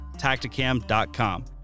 tacticam.com